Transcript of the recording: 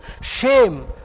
shame